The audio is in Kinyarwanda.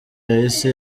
yahise